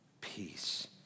peace